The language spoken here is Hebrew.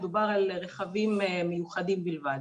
מדובר על רכבים מיוחדים בלבד.